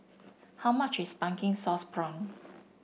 how much is pumpkin sauce prawn